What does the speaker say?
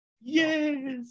Yes